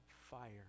fire